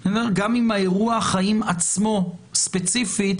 גם אם האירוע חיים עצמו ספציפית,